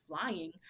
flying